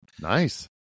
Nice